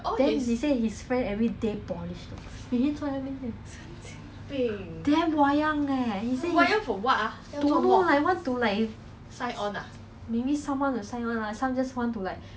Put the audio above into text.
disgusting eh maybe ah they are like poly mah poly kids quite nerd-ish ah see the pictures also damn funny